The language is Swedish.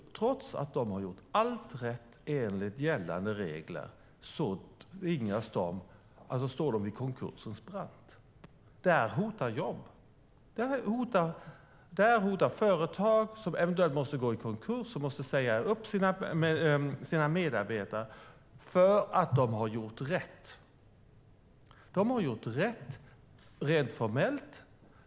Trots att de har gjort allt rätt enligt gällande regler tvingas de till konkursens brant. Detta hotar jobb. Det hotar företag, som kanske måste gå i konkurs och säga upp sina medarbetare för att de har gjort rätt. De har gjort rätt rent formellt.